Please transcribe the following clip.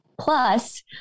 Plus